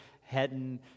heading